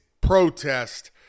protest